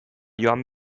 joan